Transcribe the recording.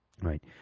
Right